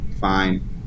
Fine